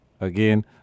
Again